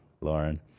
Lauren